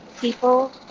people